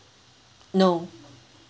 no